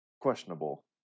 questionable